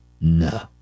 no